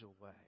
away